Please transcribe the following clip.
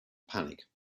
panic